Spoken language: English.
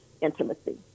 intimacy